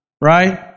right